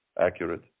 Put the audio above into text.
accurate